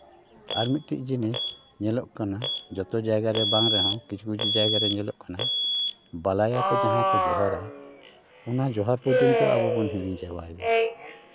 ᱟᱨ ᱢᱤᱫᱴᱤᱱ ᱡᱤᱱᱤᱥ ᱧᱮᱞᱚᱜ ᱠᱟᱱᱟ ᱡᱚᱛᱚ ᱡᱟᱭᱜᱟ ᱨᱮ ᱵᱟᱝ ᱨᱮᱦᱚᱸ ᱠᱤᱪᱷᱩ ᱠᱤᱪᱷᱩ ᱡᱟᱭᱜᱟ ᱨᱮ ᱧᱮᱞᱚᱜ ᱠᱟᱱᱟ ᱵᱟᱞᱟᱭᱟ ᱠᱚ ᱡᱟᱦᱟᱸᱭ ᱠᱚ ᱡᱚᱦᱟᱨᱟ ᱚᱱᱟ ᱡᱚᱦᱟᱨ ᱯᱚᱨᱡᱚᱱᱛᱚ ᱟᱵᱚ ᱵᱚᱱ ᱦᱤᱲᱤᱧ ᱪᱟᱵᱟᱭᱮᱫᱟ